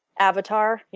avatar.